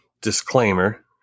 disclaimer